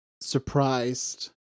surprised